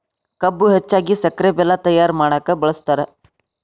ಕಬ್ಬು ಹೆಚ್ಚಾಗಿ ಸಕ್ರೆ ಬೆಲ್ಲ ತಯ್ಯಾರ ಮಾಡಕ ಬಳ್ಸತಾರ